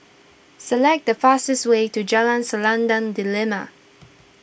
select the fastest way to Jalan Selendang Delima